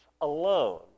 alone